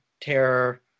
terror